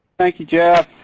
thank you, jeff,